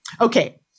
Okay